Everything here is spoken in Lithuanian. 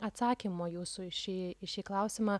atsakymo jūsų į šį į šį klausimą